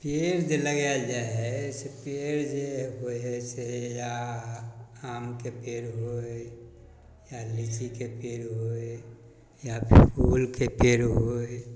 पेड़ जे लगाएल जाइ हइ से पेड़ जे होइ हइ से या आमके पेड़ होइ या लिच्चीके पेड़ होइ या फेर फूलके पेड़ होइ